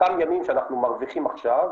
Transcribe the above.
אותם ימים שאנחנו מרוויחים עכשיו,